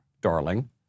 darling